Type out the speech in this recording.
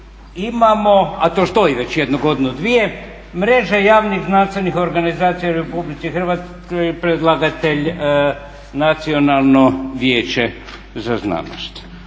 imamo, a to stoji već jedno godinu, dvije, Mreže javnih zdravstvenih organizacija u RH, predlagatelj Nacionalno vijeće za znanost.